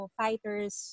fighters